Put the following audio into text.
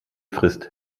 frisst